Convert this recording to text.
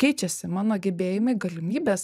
keičiasi mano gebėjimai galimybės